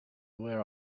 were